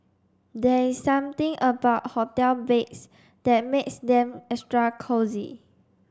there's something about hotel beds that makes them extra cosy